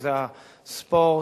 שזה הספורט,